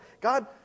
God